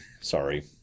Sorry